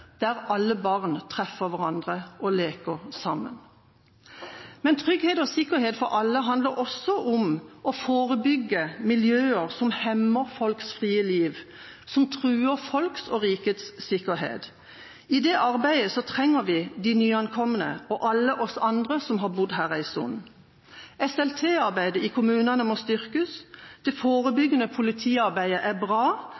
der alle barn treffer hverandre og leker sammen. Men trygghet og sikkerhet for alle handler også om å forebygge miljøer som hemmer folks frie liv, som truer folks og rikets sikkerhet. I det arbeidet trenger vi de nyankomne og alle oss andre som har bodd her en stund. SLT-arbeidet i kommunene må styrkes. Det